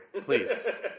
Please